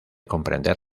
comprender